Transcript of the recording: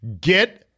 Get